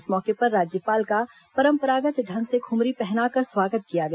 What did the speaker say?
इस मौके पर राज्यपाल का परंपरागत ढंग से खुमरी पहना कर स्वागत किया गया